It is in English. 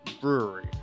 Brewery